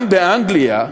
גם באנגליה,